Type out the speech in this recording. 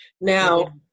Now